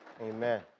Amen